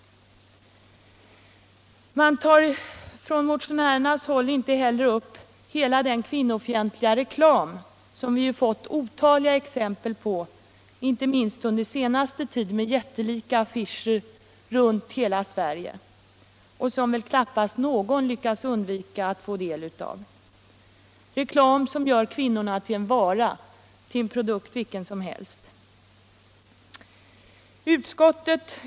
Man tar från motionärernas håll inte heller upp hela den kvinnofientliga reklam som vi ju fått otaliga exempel på inte minst under den senaste tiden med jättelika affischer runt hela Sverige och som väl knappast någon lyckats undvika att få del av — reklam som gör kvinnorna till en vara, en produkt vilken som helst.